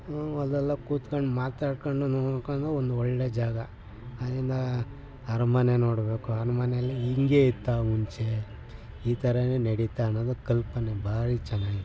ಅಲ್ಲೆಲ್ಲ ಕೂತ್ಕೊಂಡು ಮಾತಾಡಿಕೊಂಡು ನೋಡ್ಕೊಂಡು ಒಂದು ಒಳ್ಳೆ ಜಾಗ ಅಲ್ಲಿಂದ ಅರಮನೆ ನೋಡಬೇಕು ಅರಮನೇಲಿ ಹೀಗೆ ಇತ್ತಾ ಮುಂಚೆ ಈ ಥರನೇ ನಡಿತಾ ಅನ್ನೋದು ಕಲ್ಪನೆ ಭಾರಿ ಚೆನ್ನಾಗಿತ್ತು